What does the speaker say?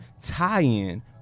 tie-in